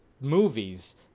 movies